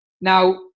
Now